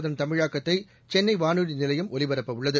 அதன் தமிழாக்கத்தை சென்னை வானொலி நிலையம் ஒலிபரப்பவுள்ளது